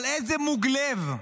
אבל איזה מוג לב,